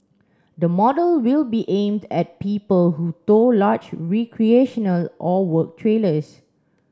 the model will be aimed at people who tow large recreational or work trailers